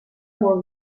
molt